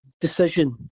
decision